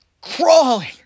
crawling